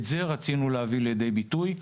את זה רצינו להביא לידי ביטוי.